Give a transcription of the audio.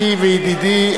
אחי וידידי.